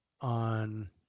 on